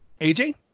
AJ